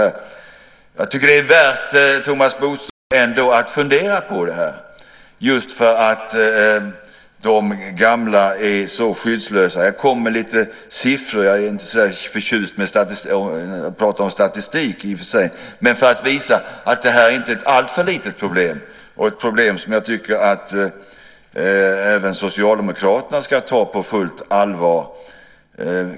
Jag tycker, Thomas Bodström, att det ändå är värt att fundera på det här just för att de gamla är så skyddslösa. Jag kommer med lite siffror senare. Jag är inte så där förtjust i att prata om statistik i och för sig, men jag vill visa att det här inte är ett så litet problem. Jag tycker att det är ett problem som även Socialdemokraterna ska ta på fullt allvar.